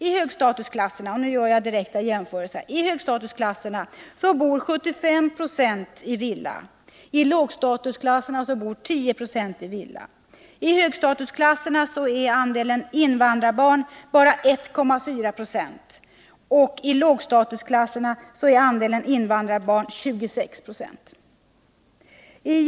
I högstatusklasserna, och nu gör jag direkta jämförelser, bor 75 9o i villa, medan i lågstatusklasserna 10 26 bor i villa. I högstatusklasserna är andelen invandrarbarn bara 1,4 90. I lågstatusklasserna däremot är andelen invandrarbarn 26 90.